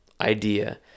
idea